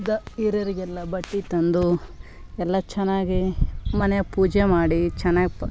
the ಹಿರಿಯರಿಗೆಲ್ಲ ಬಟ್ಟೆ ತಂದು ಎಲ್ಲ ಚೆನ್ನಾಗಿ ಮನೆ ಪೂಜೆ ಮಾಡಿ ಚೆನ್ನಾಗಿ ಪ